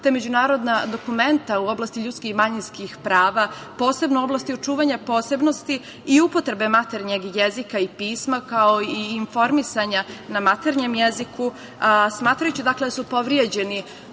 te međunarodna dokumenta u oblasti ljudskih i manjinskih prava, posebno u oblasti očuvanja posebnosti i upotrebe maternjeg jezika i pisma, kao i informisanja na maternjem jeziku, smatrajući da su povređeni